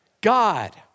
God